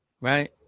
right